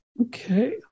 Okay